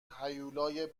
هیولای